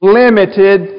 limited